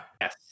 Yes